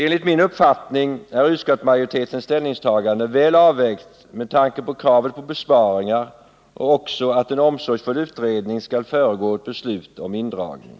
Enligt min uppfattning är utskottsmajoritetens ställningstagande väl avvägt med tanke på kravet på besparingar och också med tanke på att en omsorgsfull utredning skall föregå ett beslut om indragning.